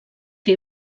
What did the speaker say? que